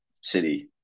City